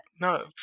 No